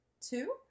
Two